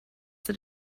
that